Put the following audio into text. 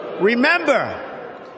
Remember